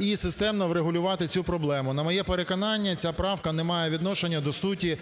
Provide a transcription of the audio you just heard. і системно врегулювати цю проблему. На моє переконання, ця правка не має відношення до суті